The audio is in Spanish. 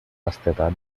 vastedad